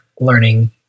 learning